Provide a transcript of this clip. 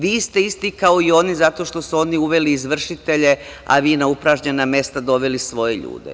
Vi ste isti kao i oni zato što su oni uveli izvršitelje, a vi na upražnjena mesta doveli svoje ljude.